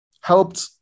helped